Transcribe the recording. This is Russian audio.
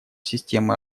системы